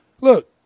Look